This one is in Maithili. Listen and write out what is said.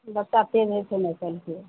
बच्चा तेज होइ छै नहि आइकाल्हिके